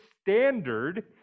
standard